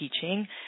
teaching